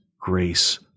grace